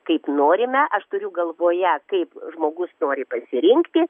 kaip norime aš turiu galvoje kaip žmogus nori pasirinkti